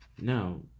Now